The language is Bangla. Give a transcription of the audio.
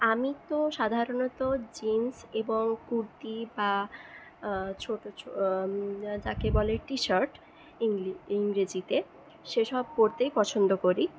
আমি তো সাধারণত জিন্স এবং কুর্তি বা ছোটো ছো যাকে বলে টিশার্ট ইংলি ইংরেজীতে সে সব পড়তেই পছন্দ করি